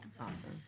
Awesome